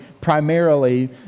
primarily